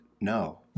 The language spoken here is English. no